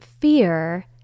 fear